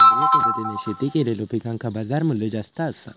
सेंद्रिय पद्धतीने शेती केलेलो पिकांका बाजारमूल्य जास्त आसा